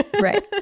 Right